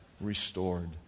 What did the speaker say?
restored